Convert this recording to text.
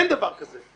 אין דבר כזה.